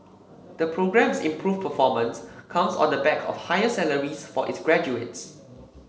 the programme's improved performance comes on the back of higher salaries for its graduates